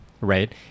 right